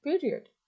period